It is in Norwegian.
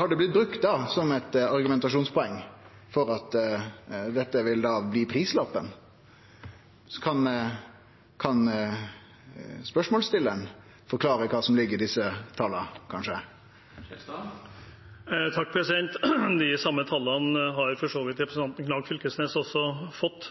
har det blitt brukt som eit argumentasjonspoeng for at dette vil bli prislappen. Kan spørsmålsstillaren forklara kva som ligg i desse tala, kanskje? De samme tallene jeg er i besittelse av, har for så vidt representanten Knag Fylkesnes også fått.